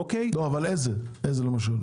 איזה למשל?